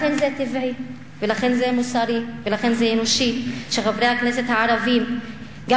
לכן זה טבעי ולכן זה מוסרי ולכן זה אנושי שחברי הכנסת הערבים גם